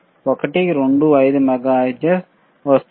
125 megahertz వస్తుంది